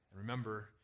Remember